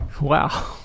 Wow